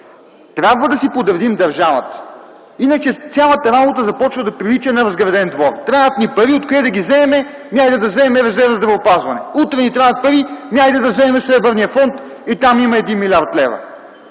Трябва да си подредим държавата! Иначе цялата работа започва да прилича на разграден двор. Трябват ни пари, откъде да ги вземем? Ами, хайде да вземем резерва за здравеопазване. Утре ни трябват пари – ами, хайде да вземем Сребърния фонд, там има 1 млрд. лв.